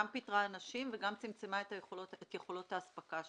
גם פיטרה אנשים וגם צמצמה את יכולות האספקה שלה.